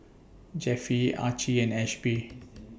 Jeffie Archie and Ashby